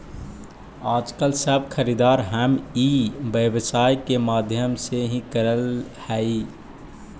आजकल सब खरीदारी हम ई व्यवसाय के माध्यम से ही करऽ हई